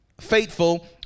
faithful